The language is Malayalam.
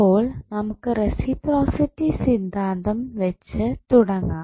അപ്പോൾ നമുക്ക് റസിപ്രോസിറ്റി സിദ്ധാന്തം വെച്ച് തുടങ്ങാം